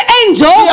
angel